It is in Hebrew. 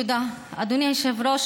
תודה, אדוני היושב-ראש.